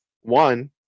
One